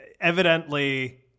evidently